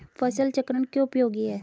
फसल चक्रण क्यों उपयोगी है?